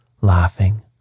laughing